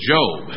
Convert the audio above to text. Job